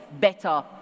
better